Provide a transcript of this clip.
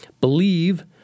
believe